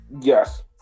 yes